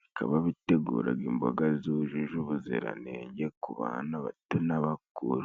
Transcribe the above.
bikaba biteguraga imboga zujuje ubuziranenge ku bana bato n'abakuru.